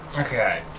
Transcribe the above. Okay